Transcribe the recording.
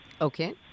Okay